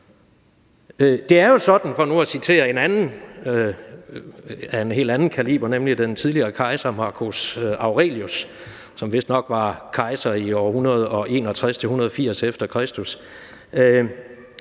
Det er jo sådan, for at citere en anden af en helt anden kaliber, nemlig den tidligere kejser Marcus Aurelius, som vistnok var kejser år 161-180 efter Kristus,